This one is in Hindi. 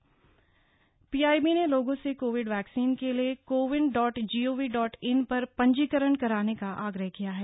पीआईबी पीआईबी ने लोगों से कोविड वैक्सीन के लिए CoWIN dot gov dot in पर पंजीकरण कराने का आग्रह किया है